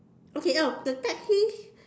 okay now the taxi